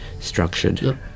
structured